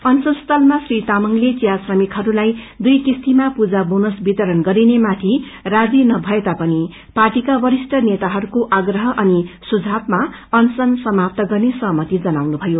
अनशन स्थलमा श्री तामंगले चिया श्रमिकहरूलाई दुई किस्तीमा पूजा बोनस वितरण गरिने माथि राजी नभएता पनि पार्टीका वरिष्ठ नेता हरूको आग्रह अनि सुझावमा अनशन समाप्त गर्ने सहमति जनाउनु भयो